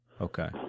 Okay